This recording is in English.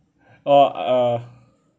orh uh